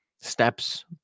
steps